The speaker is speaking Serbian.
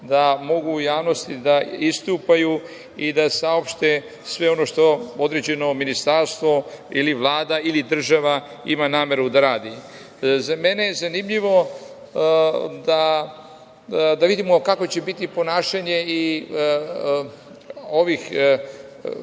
da mogu u javnosti da istupaju i da saopšte sve ono što određeno ministarstvo ili Vlada ili država ima nameru da radi. Meni je zanimljivo da vidimo kakvo će biti ponašanje i ovih